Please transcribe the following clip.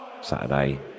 Saturday